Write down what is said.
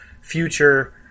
future